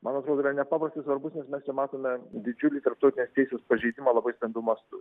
man atrodo yra nepaprastai svarbus nes mes čia matome didžiulį tarptautinės teisės pažeidimą labai stambiu mastu